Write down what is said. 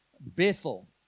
Bethel